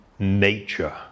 nature